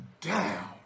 down